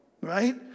right